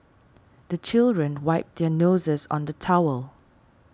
the children wipe their noses on the towel